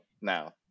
now